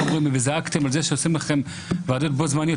זעקתם על זה שעושים לכם ועדות בו-זמנית,